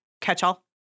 catch-all